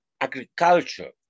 agriculture